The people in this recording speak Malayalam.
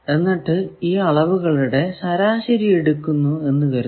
എന്നിട്ടു ഈ അളവുകളുടെ ശരാശരി എടുക്കുന്നു എന്നു കരുതുക